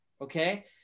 okay